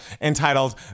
entitled